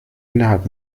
innerhalb